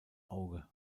auge